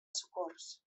socors